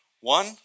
One